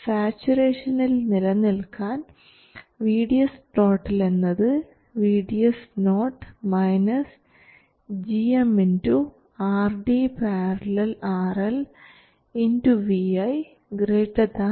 സാച്ചുറേഷനിൽ നിലനിൽക്കാൻ VDS എന്നത് VDS0 gmRD║ RL vi ≥ VGS